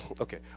Okay